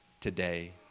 today